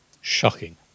Shocking